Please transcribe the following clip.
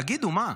תגידו, מה?